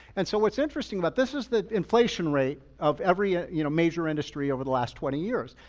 and so what's interesting about this is the inflation rate of every ah you know major industry over the last twenty years.